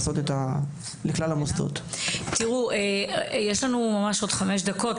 נשארו לנו חמש דקות.